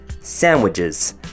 Sandwiches